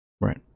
Right